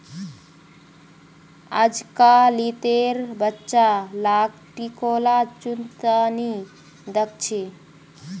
अजकालितेर बच्चा लाक टिकोला चुन त नी दख छि